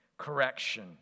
correction